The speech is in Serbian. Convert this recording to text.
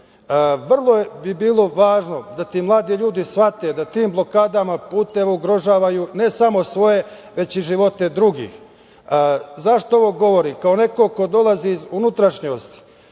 Vrlo bi bilo važno da ti mladi ljudi shvate da tim blokadama puteva ugrožavaju ne samo svoje, već i živote drugih.Zašto ovo govorim? Kako neko ko dolazi iz unutrašnjosti